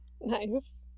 Nice